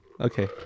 Okay